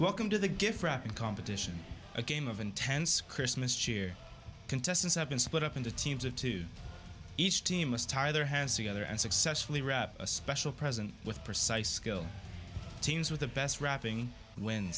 welcome to the gift wrapping competition a game of intense christmas cheer contestants have been split up into teams of two each team must tie their hands together and successfully wrap a special present with precise skill teams with the best wrapping w